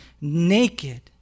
naked